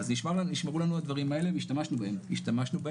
אז נשמרו לנו הדברים האלה והשתמשנו בהם.